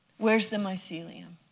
where's the mycelium?